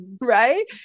Right